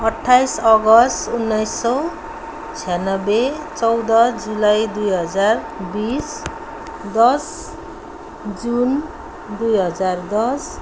अठ्ठाइस अगस्त उन्नाइस सय छ्यानब्बे चौध जुलाई दुई हजार बिस दस जुन दुई हजार दस